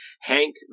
Hank